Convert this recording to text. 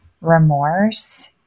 remorse